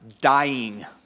dying